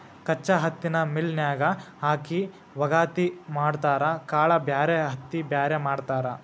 ಕಚ್ಚಾ ಹತ್ತಿನ ಮಿಲ್ ನ್ಯಾಗ ಹಾಕಿ ವಗಾತಿ ಮಾಡತಾರ ಕಾಳ ಬ್ಯಾರೆ ಹತ್ತಿ ಬ್ಯಾರೆ ಮಾಡ್ತಾರ